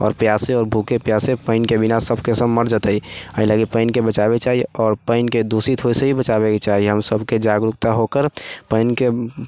आओर प्यासे भूखे प्यासे पानिके बिना सभके सभ मर जेतै एहि लकऽ पानिके बचाबैके चाही आओर पानिके दूषित होइसँ भी बचाबैके चाही हम सभके जागरुकता होकर पानिके